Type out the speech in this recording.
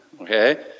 okay